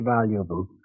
valuable